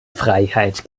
freiheit